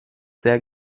sehr